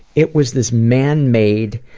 it was this manmade,